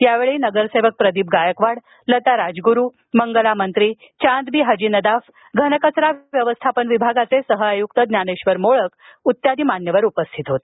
यावेळी नगरसेवक प्रदीप गायकवाड लता राजग्रू मंगला मंत्री चांदबी हाजी नदाफ घनकचरा व्यवस्थापन विभागाचे सहआयुक्त ज्ञानेश्वर मोळक उपस्थित होते